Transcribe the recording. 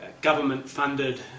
government-funded